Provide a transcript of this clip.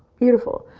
beautiful.